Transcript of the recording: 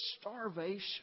starvation